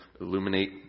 illuminate